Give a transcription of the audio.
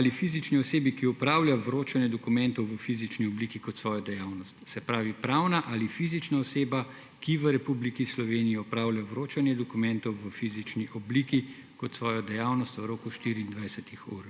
ali fizični osebi, ki opravlja vročanje dokumentov v fizični obliki kot svojo dejavnost«. Se pravi, pravna ali fizična oseba, ki v Republiki Sloveniji opravlja vročanje dokumentov v fizični obliki kot svojo dejavnost v roku 24-ih ur.